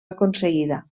aconseguida